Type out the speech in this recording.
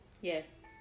Yes